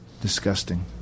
disgusting